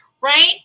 Right